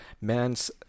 man's